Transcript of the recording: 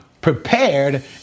prepared